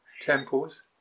Temples